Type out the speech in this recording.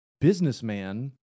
businessman